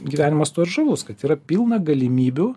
gyvenimas tuo ir žavus kad yra pilna galimybių